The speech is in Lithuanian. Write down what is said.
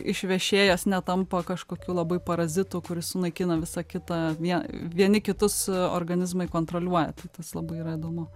išvešėjęs netampa kažkokiu labai parazitu kuris sunaikina visą kitą vie vieni kitus organizmai kontroliuoja tai tas labai yra įdomu